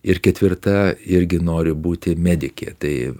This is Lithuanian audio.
ir ketvirta irgi nori būti medikė tai